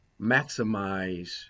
maximize